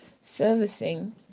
servicing